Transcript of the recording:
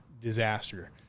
disaster